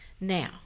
now